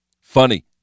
Funny